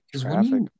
traffic